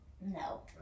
No